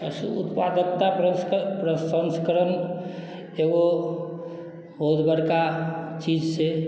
पशु उत्पादकता प्रसस्क प्रसंस्करण एगो बहुत बड़का चीज छै